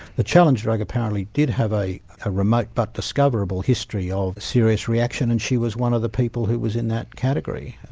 the challenge drug apparently did have a ah remote but discoverable history of serious reaction and she was one of the people who was in that category.